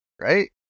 Right